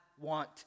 want